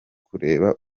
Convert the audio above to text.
kureba